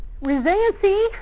Resiliency